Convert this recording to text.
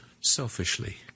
selfishly